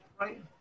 right